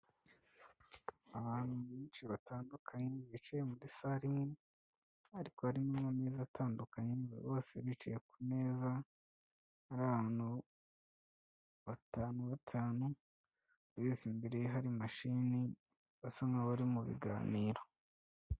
Abantu benshi batandukanye bicaye muri sale imwe ariko harimo ameza atandukanye bose bicaye ku meza ari abantu batanu batanu bose imbere hari mashini basa nkaho bari mu biganiro.